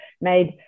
made